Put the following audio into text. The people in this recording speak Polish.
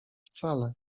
wcale